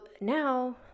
now